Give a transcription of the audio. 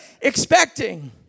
expecting